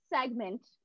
segment